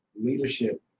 leadership